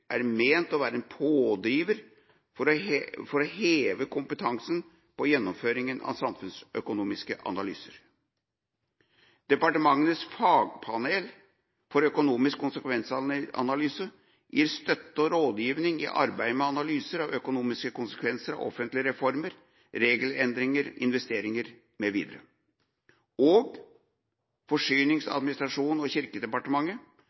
er ment å være en pådriver for å heve kompetansen og gjennomføringen av samfunnsøkonomiske analyser. Departementenes fagpanel for økonomisk konsekvensanalyse gir støtte og rådgivning i arbeidet med analyser av økonomiske konsekvenser av offentlige reformer, regelendringer, investeringer mv., og Fornyings-, administrasjons- og kirkedepartementet